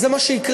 זה מה שיקרה,